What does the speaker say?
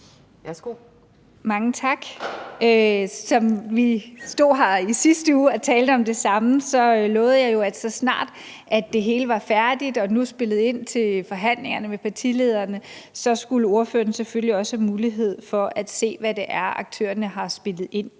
Mange tak. Da vi stod her i sidste uge og talte om det samme, lovede jeg jo, at så snart det hele var færdigt og spillet ind til forhandlingerne med partilederne, skulle ordførerne selvfølgelig også have mulighed for at se, hvad det er, aktørerne har spillet ind